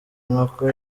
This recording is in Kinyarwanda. inkoko